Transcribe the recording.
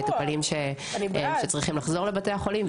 המטופלים שצריכים לחזור לבתי החולים,